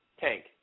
Tank